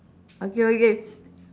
okay okay